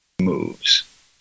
moves